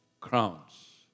crowns